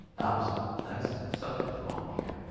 that's something's wrong here.